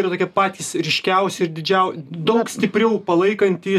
yra tokie patys ryškiausi ir didžiau daug stipriau palaikantys